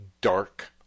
dark